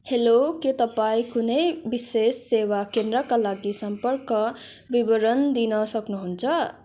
hello के तपाईँ कुनै विशेष सेवा केन्द्रका लागि सम्पर्क विवरण दिन सक्नुहुन्छ